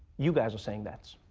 you guys are saying that.